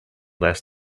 less